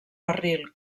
barril